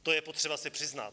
To je potřeba si přiznat.